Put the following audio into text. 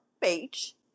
page